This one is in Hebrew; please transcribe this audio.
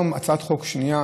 הבאת היום הצעת חוק שנייה,